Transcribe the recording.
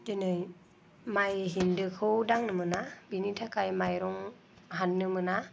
दिनै माइ हेन्दोखौ दांनो मोना बिनि थाखाय माइरं हाननो मोना